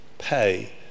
Pay